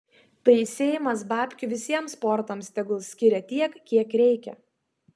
tai seimas babkių visiems sportams tegul skiria tiek kiek reikia